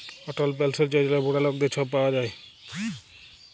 অটল পেলসল যজলা বুড়া লকদের ছব পাউয়া যায়